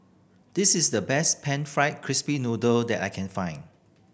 this is the best pan fried crispy noodle that I can find